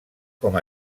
com